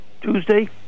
Tuesday